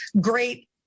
great